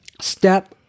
step